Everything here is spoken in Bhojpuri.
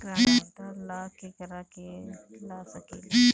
ग्रांतर ला केकरा के ला सकी ले?